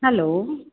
hello